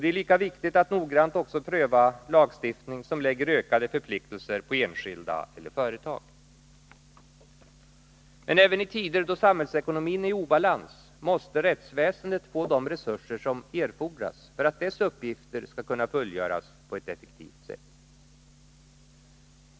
Det är lika viktigt att också noggrant pröva lagstiftning som lägger ökade förpliktelser på enskilda eller företag. Men även i tider då samhällsekonomin är i obalans måste rättsväsendet få de resurser som erfordras för att dess uppgifter skall kunna fullgöras på ett effektivt sätt.